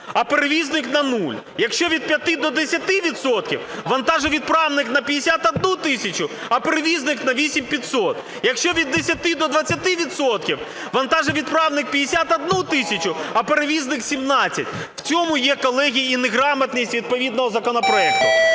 а перевізник – на нуль, якщо від 5 до 10 відсотків, вантажовідправник – на 51 тисячу, а перевізник – на 8500, якщо від 10 до 20 відсотків, вантажовідправник – 51 тисячу, а перевізник – 17. В цьому є, колеги, і неграмотність відповідного законопроекту.